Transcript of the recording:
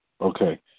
Okay